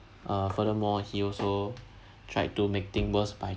uh furthermore he also tried to make thing worse by